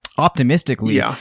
optimistically